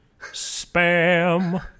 Spam